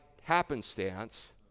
happenstance